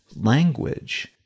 language